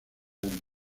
del